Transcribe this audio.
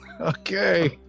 Okay